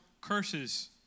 curses